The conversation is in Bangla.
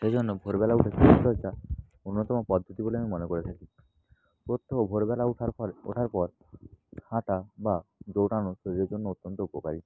এই জন্য ভোর বেলা উঠে শরীর চর্চা অন্যতম পদ্ধতি বলে আমি মনে করে থাকি প্রত্যহ ভোরবেলা ওঠার ফল ওঠার পর হাঁটা বা দৌড়ানো শরীরের জন্য অত্যন্ত উপকারী